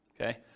okay